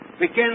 begin